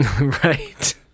Right